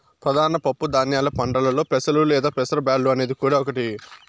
ప్రధాన పప్పు ధాన్యాల పంటలలో పెసలు లేదా పెసర బ్యాల్లు అనేది కూడా ఒకటి